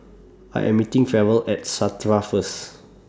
I Am meeting Ferrell At Strata First